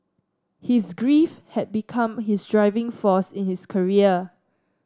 his grief had become his driving force in his career